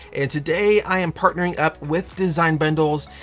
and today, i am partnering up with design bundles,